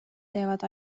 teevad